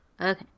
okay